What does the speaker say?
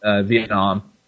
Vietnam